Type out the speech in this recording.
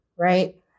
right